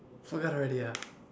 forgot already ah